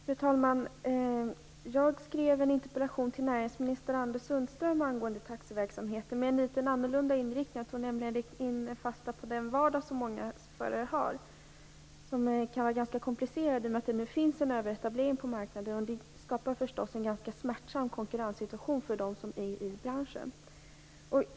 Fru talman! Jag har tidigare skrivit en interpellation till näringsminister Anders Sundström om taxiverksamheten, men med en litet annorlunda inriktning än den som finns här. Jag tog nämligen fasta på den vardag som gäller för många förare och som kan vara ganska komplicerad genom att det är en överetablering på marknaden. Det skapar förstås en ganska smärtsam konkurrenssituation för dem som finns inom branschen.